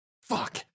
Fuck